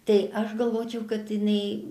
tai aš galvočiau kad jinai